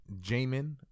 Jamin